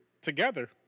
together